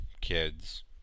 kids